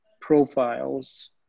profiles